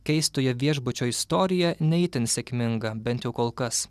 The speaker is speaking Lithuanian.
keistojo viešbučio istorija ne itin sėkminga bent jau kol kas